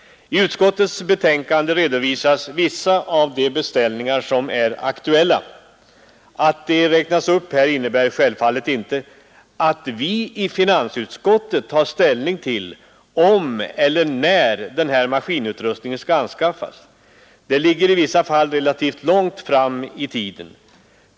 I utskottets betänkande redovisas vissa av de beställningar som kan komma i fråga. Att de räknas upp här innebär självfallet inte att vi i finansutskottet tar ställning till om eller när den här maskinutrustningen skall anskaffas. Det ligger i vissa fall relativt långt fram i tiden.